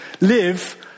live